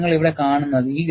അതാണ് നിങ്ങൾ ഇവിടെ കാണുന്നത്